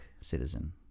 citizen